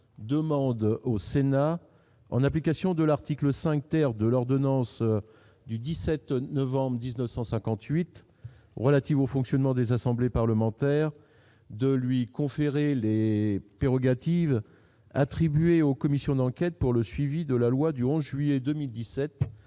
demande au Sénat, en application de l'article 5 ter de l'ordonnance du 17 novembre 1958 relative au fonctionnement des assemblées parlementaires de lui conférer le mais pirogues hâtives attribuées aux commissions d'enquête pour le suivi de la loi du 11 juillet 2017